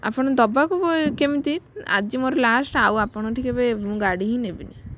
ଆପଣ ଦେବାକୁ କେମିତି ଆଜି ମୋର ଲାଷ୍ଟ ଆଉ ଆପଣଙ୍କ ଠୁ କେବେ ଗାଡ଼ି ହିଁ ନେବିନି